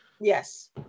Yes